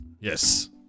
yes